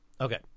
Okay